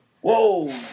Whoa